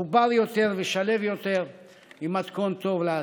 מחובר יותר ושליו יותר הוא המתכון שלנו לעתיד".